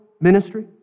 ministry